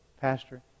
Pastor